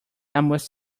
almost